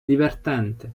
divertente